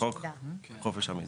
לחוק חופש המידע.